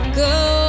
go